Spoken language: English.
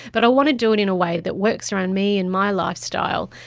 but i want to do it in a way that works around me and my lifestyle.